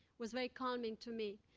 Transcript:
was very calming to me.